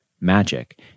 magic